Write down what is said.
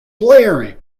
blaring